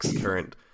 current